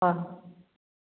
ꯑꯪ